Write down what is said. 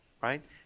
Right